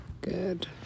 Good